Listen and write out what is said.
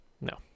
No